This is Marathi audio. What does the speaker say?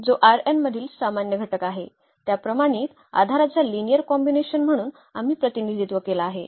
तर हा x जो मधील सामान्य घटक आहे त्या प्रमाणित आधाराचा लिनिअर कॉम्बिनेशन म्हणून आम्ही प्रतिनिधित्व केला आहे